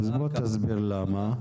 אז בוא תסביר למה.